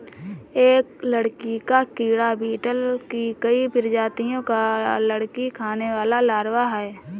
एक लकड़ी का कीड़ा बीटल की कई प्रजातियों का लकड़ी खाने वाला लार्वा है